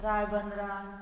रायबंदरा